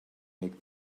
make